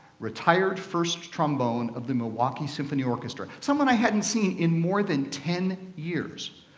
retired first trombone of the milwaukee symphony orchestra, someone i hadn't seen in more than ten years.